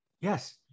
yes